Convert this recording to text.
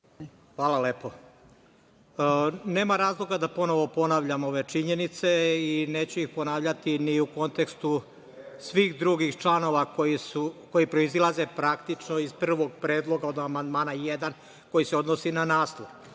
Hvala lepo. Nema razloga da ponovo ponavljam ove činjenice i neću ih ponavljati ni u kontekstu svih drugih članova koji proizilaze praktično iz prvog predloga od amandmana 1. koji se odnosi na naslov.